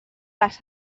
les